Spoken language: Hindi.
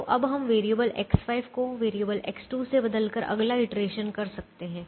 तो अब हम वेरिएबल X5 को वेरिएबल X2 से बदलकर अगला इटरेशन कर सकते हैं